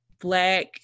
black